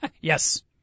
Yes